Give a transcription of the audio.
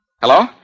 Hello